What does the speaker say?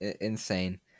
insane